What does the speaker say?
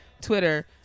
Twitter